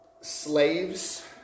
Slaves